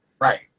right